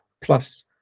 plus